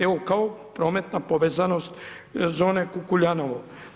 Evo kao prometna povezanost zone Kukuljanovo.